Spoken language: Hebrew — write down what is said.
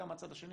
גם מהצד השני